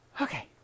Okay